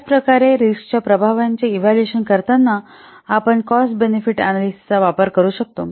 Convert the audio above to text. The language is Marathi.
तर त्याचप्रकारे रिस्कच्या प्रभावाचे इव्हॅल्युएशन करताना आपण देखील कॉस्ट बेनिफिट अनालिसिसचा वापर करू शकतो